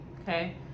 okay